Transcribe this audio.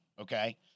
Okay